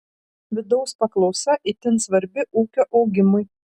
vidaus paklausa itin svarbi ūkio augimui